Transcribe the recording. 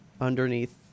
underneath